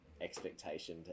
expectation